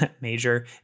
major